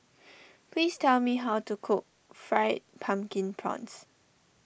please tell me how to cook Fried Pumpkin Prawns